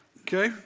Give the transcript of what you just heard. Okay